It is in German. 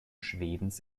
schwedens